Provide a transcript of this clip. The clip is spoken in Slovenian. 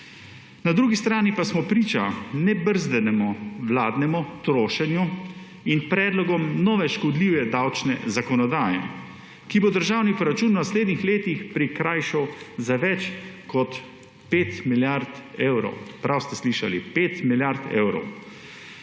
Na drugi strani pa smo priča nebrzdanemu vladnemu trošenju in predlogom nove škodljive davčne zakonodaje, ki bo državni proračun v naslednjih letih prikrajšal za več kot 5 milijard evrov. Prav ste slišali, 5 milijard evrov.